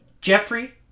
Jeffrey